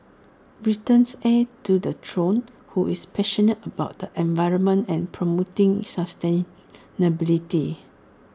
Britain's heir to the throne who is passionate about the environment and promoting sustainability